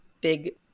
big